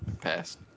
Passed